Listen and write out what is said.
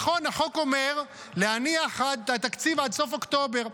נכון, החוק אומר להניח את התקציב עד סוף אוקטובר.